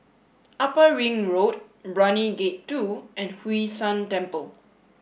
Upper Ring Road Brani Gate two and Hwee San Temple